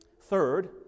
Third